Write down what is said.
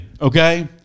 Okay